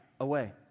away